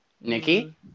Nikki